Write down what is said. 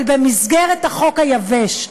אבל במסגרת החוק היבש.